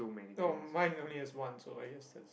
oh mine only has one so I guess that's